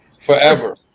Forever